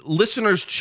listener's